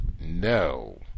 No